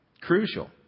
Crucial